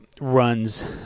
runs